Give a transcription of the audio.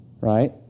Right